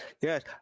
yes